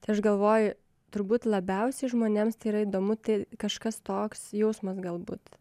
tai aš galvoju turbūt labiausiai žmonėms tai yra įdomu tai kažkas toks jausmas galbūt